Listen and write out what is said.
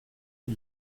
est